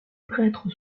prêtres